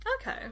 Okay